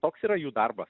toks yra jų darbas